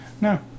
no